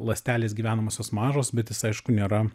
ląstelės gyvenamosios mažos bet jis aišku nėra